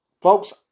folks